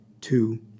Two